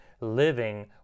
living